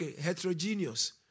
heterogeneous